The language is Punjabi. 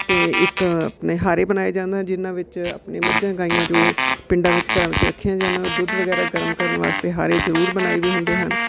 ਅਤੇ ਇੱਕ ਆਪਣੇ ਹਾਰੇ ਬਣਾਏ ਜਾਂਦਾ ਜਿਹਨਾਂ ਵਿੱਚ ਆਪਣੀ ਮੱਝਾਂ ਗਾਈਆਂ ਜੋ ਪਿੰਡਾਂ ਵਿੱਚ ਘਰਾਂ ਵਿੱਚ ਰੱਖੀਆਂ ਜਾਂਦੀਆਂ ਦੁੱਧ ਵਗੈਰਾ ਗਰਮ ਕਰਨ ਵਾਸਤੇ ਹਾਰੇ ਜ਼ਰੂਰ ਬਣਾਏ ਵੇ ਹੁੰਦੇ ਹਨ